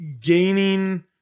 gaining